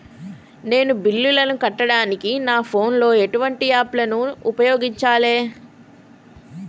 నేను బిల్లులను కట్టడానికి నా ఫోన్ లో ఎటువంటి యాప్ లను ఉపయోగించాలే?